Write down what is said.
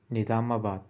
نظام آباد